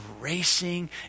racing